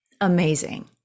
Amazing